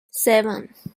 seven